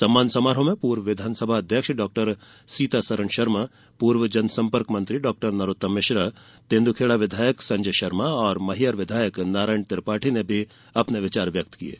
सम्मान समारोह में पूर्व विधानसभा अध्यक्ष डॉ सीतासरन शर्मा पूर्व जनसम्पर्क मंत्री डॉ नरोत्तम मिश्रा तेंद्रखेड़ा विधायक संजय शर्मा और मैहर विधायक नारायण त्रिपाठी ने भी विचार व्यक्त किये